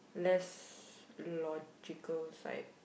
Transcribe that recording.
lefts the logical side